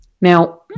Now